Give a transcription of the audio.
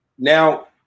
Now